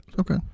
okay